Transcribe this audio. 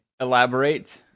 elaborate